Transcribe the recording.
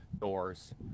doors